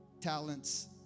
talents